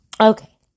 Okay